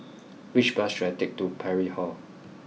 which bus should I take to Parry Hall